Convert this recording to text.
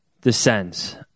descends